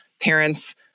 parents